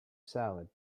salad